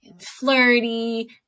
flirty